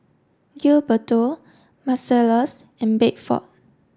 Gilberto Marcellus and Bedford